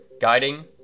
guiding